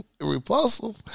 repulsive